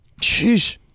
Jeez